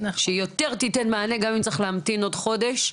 יותר תיתן מענה גם אם צריך להמתין עוד חודש,